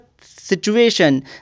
situation